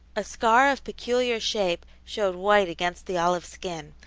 a scar of peculiar shape showed white against the olive skin,